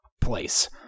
place